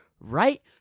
right